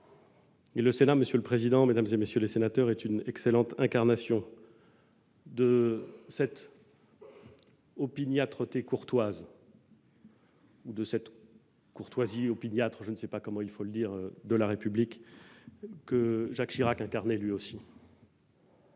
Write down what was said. Le Sénat, monsieur le président, mesdames, messieurs les sénateurs, est une excellente incarnation de cette opiniâtreté courtoise- ou de cette courtoisie opiniâtre, je ne sais comment dire -de la République, que Jacques Chirac lui aussi